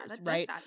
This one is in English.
Right